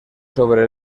sobre